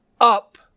up